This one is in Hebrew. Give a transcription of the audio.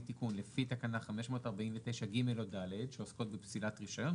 תיקון לפי תקנה 549(ג) או (ד) שעוסקות בפסילת רישיון,